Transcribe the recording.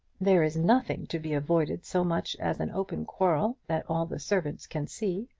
there is nothing to be avoided so much as an open quarrel, that all the servants can see.